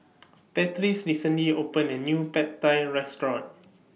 Patrice recently opened A New Pad Thai Restaurant